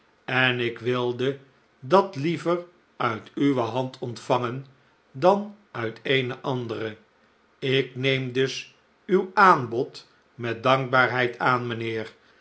en ik wilde dat hever uit uwe hand ontvangen dan uit eene andere ik neem dus uw aanbod met dankbaarheid aan mijnheer